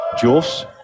Jules